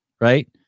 right